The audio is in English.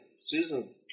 Susan